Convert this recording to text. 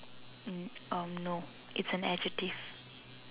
um um no it's an adjective